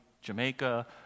Jamaica